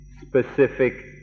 specific